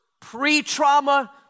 pre-trauma